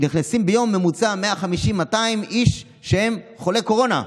נכנסים ביום בממוצע 150 200 איש שהם חולי קורונה.